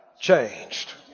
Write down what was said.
changed